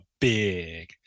big